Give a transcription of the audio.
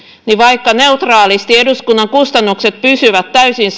niin vaikka neutraalisti eduskunnan kustannukset pysyvät täysin